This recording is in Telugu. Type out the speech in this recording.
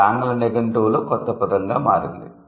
అది ఆంగ్ల నిఘంటువులో కొత్త పదంగా మారింది